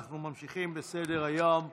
אנחנו ממשיכים בסדר-היום.